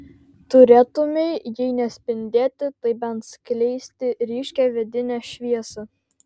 turėtumei jei ne spindėti tai bent skleisti ryškią vidinę šviesą